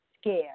scared